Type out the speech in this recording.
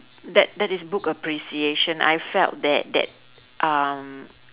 that that is book appreciation I felt that that um